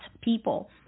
people